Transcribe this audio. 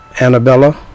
Annabella